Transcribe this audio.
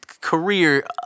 career